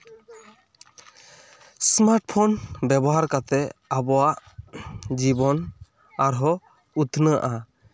smart phone ᱵᱮᱵᱚᱦᱟᱨ ᱠᱟᱛᱮᱫ ᱟᱵᱚᱣᱟᱜ ᱡᱤᱵᱚᱱ ᱟᱨᱦᱚᱸ ᱩᱛᱱᱟᱹᱜᱼᱟ